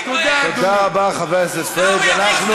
תודה רבה, אדוני.